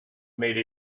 made